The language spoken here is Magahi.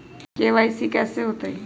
के.वाई.सी कैसे होतई?